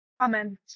Amen